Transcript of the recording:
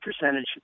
percentage